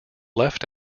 left